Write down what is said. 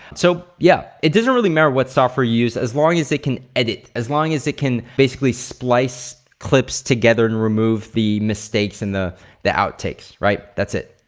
so, yeah. it doesn't really matter what software you use as long as it can edit, as long as it can basically splice clips together and remove the mistakes and the the outtakes, right? that's it.